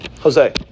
Jose